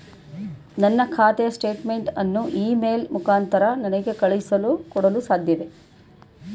ನನ್ನ ಖಾತೆಯ ಸ್ಟೇಟ್ಮೆಂಟ್ ಅನ್ನು ಇ ಮೇಲ್ ಮುಖಾಂತರ ನನಗೆ ಕಳುಹಿಸಿ ಕೊಡಲು ಸಾಧ್ಯವೇ?